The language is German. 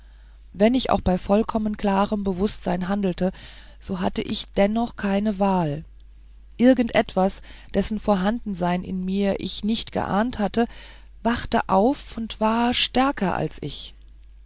wenn ich auch bei vollkommen klarem bewußtsein handelte so hatte ich dennoch keine wahl irgend etwas dessen vorhandensein in mir ich nie geahnt hatte wachte auf und war stärker als ich